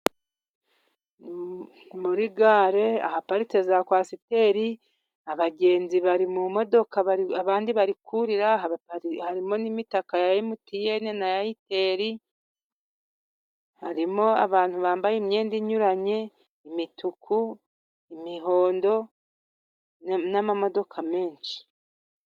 Muri gare ahaparitse za kwasiteri, abagenzi bari mu modoka, abandi bari kurira, harimo n'imitaka ya mutiyene na ayiteri, harimo abantu bambaye imyenda inyuranye, imituku, imihondo, n'amamodoka menshi.